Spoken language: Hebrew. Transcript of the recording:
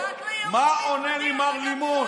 מה עונה לי מר לימון?